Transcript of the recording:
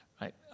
right